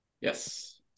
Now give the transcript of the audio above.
Yes